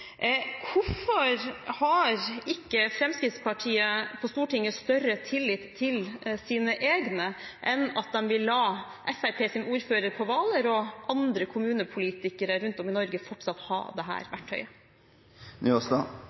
Hvorfor har ikke Fremskrittspartiet på Stortinget større tillit til sine egne enn at de vil la Fremskrittspartiets ordfører på Hvaler og andre kommunepolitikere rundt om i Norge fortsatt ha